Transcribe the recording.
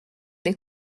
les